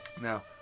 now